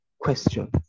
question